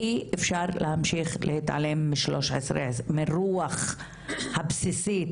אי אפשר להמשיך להתעלם מהרוח הבסיסית,